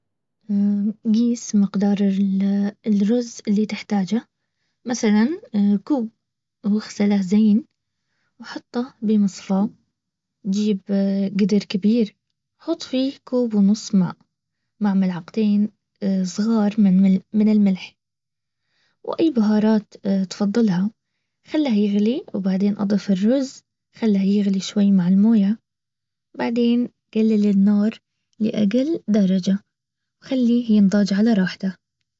قيس مقدار الرز اللي تحتاجه. مثلا كوب و غسله زين واحطه بمصفى نجيب قدر كبير، حط فيه كوب ونص ماء، مع ملعقتين اصغار من ال- من الملح. واي بهارات تفضلها، خلها يغلي وبعدين اضف الرز، خلها يغلي شوي مع الموية، بعدين قلل النار لاقل درجة وخليه ينضج على راحته